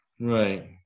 right